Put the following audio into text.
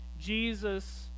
Jesus